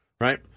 Right